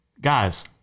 guys